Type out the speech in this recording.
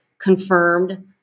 confirmed